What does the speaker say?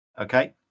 Okay